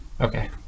Okay